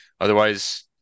Otherwise